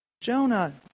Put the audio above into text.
Jonah